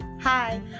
Hi